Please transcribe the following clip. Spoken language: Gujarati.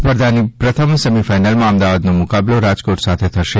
સ્પર્ધાની પ્રથમ સેમીફાઇનલમાં અમદાવાદનો મુકાબલો રાજકોટ સાથે થશે